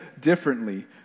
differently